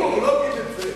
"כי תצור", לא "כי תצא".